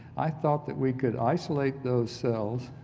i thought that we could isolate those cells